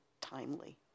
timely